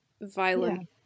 violent